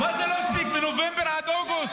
מה זה לא הספיק מנובמבר עד אוגוסט?